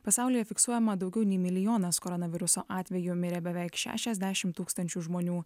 pasaulyje fiksuojama daugiau nei milijonas koronaviruso atvejų mirė beveik šešiasdešim tūkstančių žmonių